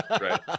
right